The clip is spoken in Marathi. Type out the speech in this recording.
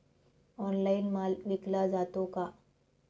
ऑनलाइन माल विकला जातो का?